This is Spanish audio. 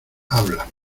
hablas